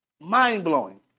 Mind-blowing